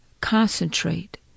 concentrate